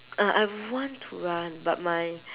uh I want to run but my